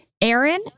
Aaron